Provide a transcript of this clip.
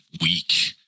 weak